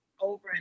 over